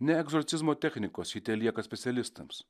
ne egzorcizmo technikos ji telieka specialistams